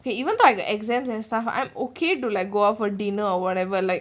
okay even though the exams and stuff I'm okay to like go out for dinner or whatever like